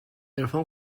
عرفان